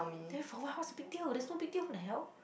then for what what's the big deal there's no big deal what the hell